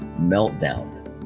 meltdown